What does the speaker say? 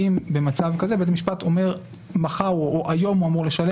האם במצב כזה בית המשפט אומר: מחר או היום הוא אמור לשלם?